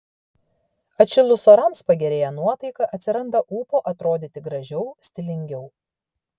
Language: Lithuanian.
atšilus orams pagerėja nuotaika atsiranda ūpo atrodyti gražiau stilingiau